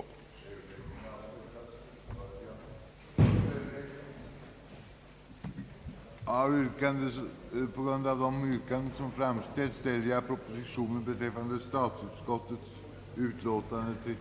ningen med hänsyn till verkningarna ur luftföroreningssynpunkt; da tre motioner i vad de hänvisats till bevillningsutskottet, i skrivelse = till Kungl. Maj:t begära en förutsättningslös utredning rörande